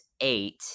eight